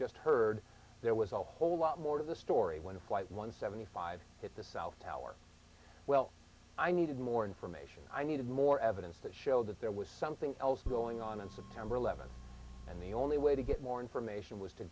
just heard there was a whole lot more to the story when a white one seventy five hit the south tower well i needed more information i needed more evidence that showed that there was something else going on and september eleventh and the only way to get more information was to